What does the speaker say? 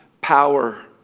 power